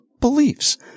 beliefs